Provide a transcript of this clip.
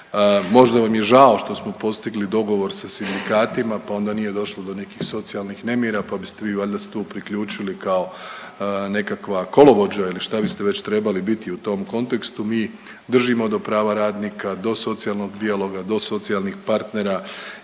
Možda vam je žao što smo postigli dogovor sa sindikatima, pa onda nije došlo do nekih socijalnih nemira, pa biste vi valjda se tu priključili kao nekakva kolovođa ili što biste već trebali biti u tom kontekstu? Mi držimo do prava radnika, do socijalnog dijaloga, do socijalnih partnera